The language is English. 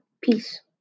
Peace